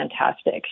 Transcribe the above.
fantastic